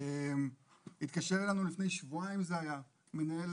התקשר אלינו לפני שבועיים מנהל